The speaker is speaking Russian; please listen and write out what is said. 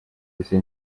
если